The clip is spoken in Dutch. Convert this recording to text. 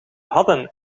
hadden